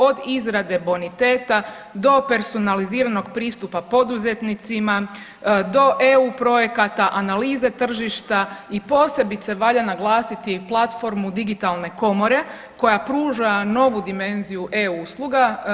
Od izrade boniteta do personaliziranog pristupa poduzetnicima, do EU projekata, analize tržišta i posebice valja naglasiti platformu Digitalne komore, koja pruža novu dimenziju e-usluga.